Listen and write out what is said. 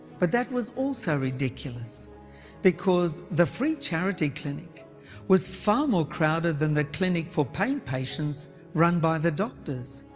but that was also ridiculous because the free charity clinic was far more crowded than the clinic for paid patients run by the doctors.